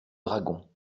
dragons